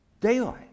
Daylight